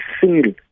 single